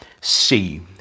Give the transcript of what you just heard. see